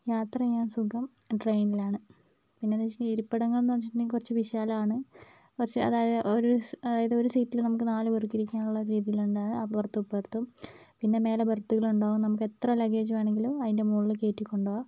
യാത്ര ചെയ്യാൻ സുഖം ട്രെയിനിലാണ് എന്താണെന്ന് വെച്ചിട്ടുണ്ടെങ്കിൽ ഇരിപ്പിടങ്ങൾ എന്ന് വെച്ചിട്ടുണ്ടെങ്കിൽ കുറച്ച് വിശാലമാണ് കുറച്ച് അതായത് ഒരു സീ അതായത് ഒരു സീറ്റില് നമുക്ക് നാലുപേർക്ക് ഇരിക്കാനുള്ള രീതിയിലുണ്ടാവും അപ്പുറത്തും ഇപ്പുറത്തും പിന്നെ മേലെ ബർത്തുകൾ ഉണ്ടാകും നമുക്ക് എത്ര ലഗേജുകൾ വേണമെങ്കിലും അതിന്റെ മുകളിലി കയറ്റി കൊണ്ടുപോകാം